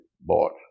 bought